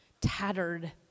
tattered